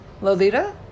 Lolita